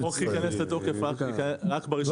החוק ייכנס לתוקף רק ב-1.